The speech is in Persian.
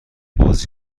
بازی